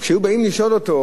אבל כשהיו באים לשאול אותו